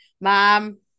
mom